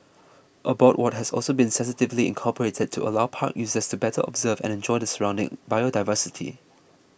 a boardwalk has also been sensitively incorporated to allow park users to better observe and enjoy the surrounding biodiversity